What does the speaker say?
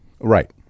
Right